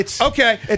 Okay